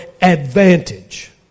advantage